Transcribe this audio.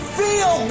feel